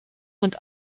und